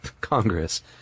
Congress